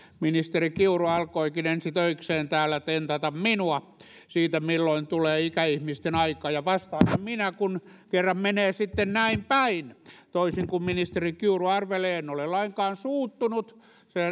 ministeri kiuru alkoikin ensi töikseen täällä tentata minua siitä milloin tulee ikäihmisten aika ja vastaanhan minä kun kerran menee sitten näin päin toisin kuin ministeri kiuru arvelee en ole lainkaan suuttunut